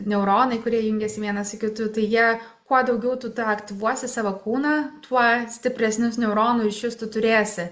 neuronai kurie jungiasi vienas kitu tai jie kuo daugiau tu aktyvuosi savo kūną tuo stipresnius neuronų ryšius tu turėsi